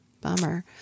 Bummer